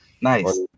Nice